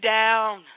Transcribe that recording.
down